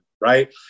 right